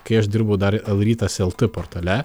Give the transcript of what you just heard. kai aš dirbau dar lrytas lt portale